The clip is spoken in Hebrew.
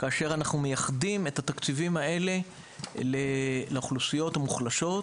כאשר אנחנו מייחדים את התקציבים האלה לאוכלוסיות המוחלשות,